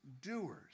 Doers